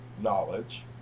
knowledge